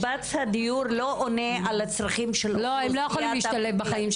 הם לא יכולים להשתלב בחיים,